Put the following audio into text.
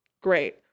Great